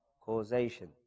causation